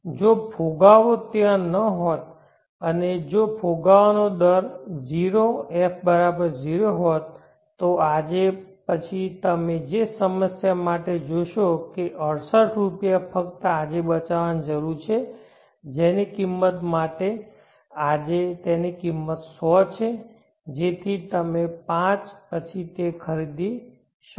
જો ફુગાવો ત્યાં ન હોત જો ફુગાવાનો દર 0 f 0 હોત તો પછી તમે તે જ સમસ્યા માટે જોશો કે 68 રૂપિયા ફક્ત આજે બચાવવાની જરૂર છે જેની કિંમત માટે આજે તેની કિંમત 100 છે જેથી તમે પાંચ પછી તે ખરીદી શકો